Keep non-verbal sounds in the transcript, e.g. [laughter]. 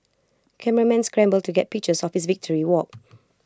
cameramen scramble to get pictures [unintelligible] victory walk